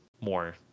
more